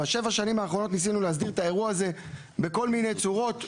בשבע שנים האחרונות ניסינו להסדיר את האירוע הזה בכל מיני צורות.